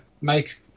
make